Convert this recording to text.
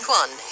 one